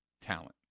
talent